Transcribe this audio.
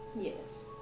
Yes